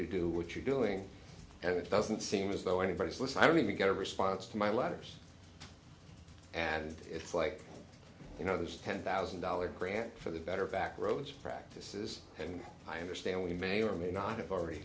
to do what you're doing and it doesn't seem as though anybody is listening to get a response to my letters and it's like you know there's ten thousand dollars grant for the better back roads practices and i understand we may or may not have already